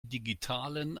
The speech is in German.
digitalen